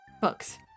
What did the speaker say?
Books